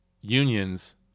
unions